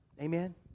Amen